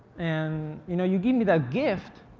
and you know you give me that gift,